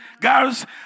girls